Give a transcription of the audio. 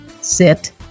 sit